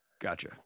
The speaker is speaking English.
Gotcha